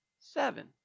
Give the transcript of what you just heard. Seven